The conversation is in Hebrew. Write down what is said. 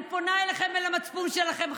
אני פונה אליכם ואל המצפון שלכם,